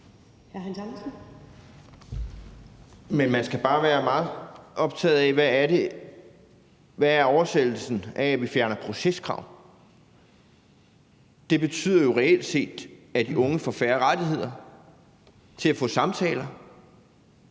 Men man skal bare være meget optaget af, hvad oversættelsen er af, at vi fjerner proceskrav. Det betyder jo reelt set, at de unge får færre rettigheder til at få samtaler,